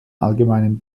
allgemeinen